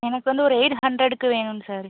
எனக்கு வந்து ஒரு எய்ட் ஹண்ட்ரடுக்கு வேணும் சார்